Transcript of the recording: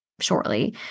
shortly